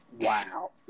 Wow